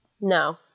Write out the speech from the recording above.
No